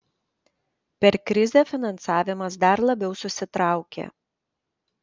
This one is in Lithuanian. per krizę finansavimas dar labiau susitraukė